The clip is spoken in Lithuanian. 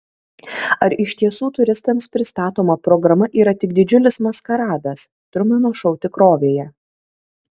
ar iš tiesų turistams pristatoma programa yra tik didžiulis maskaradas trumeno šou tikrovėje